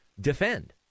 defend